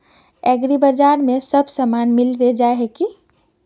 एग्रीबाजार में सब सामान मिलबे जाय है की?